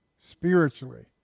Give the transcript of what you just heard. spiritually